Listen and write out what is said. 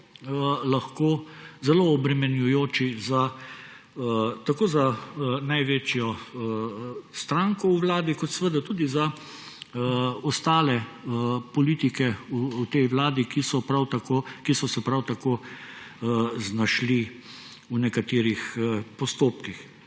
lahko zelo obremenjujoči tako za največjo stranko v vladi kot tudi za ostale politike v tej vladi, ki so se prav tako znašli v nekaterih postopkih.